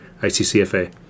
ICCFA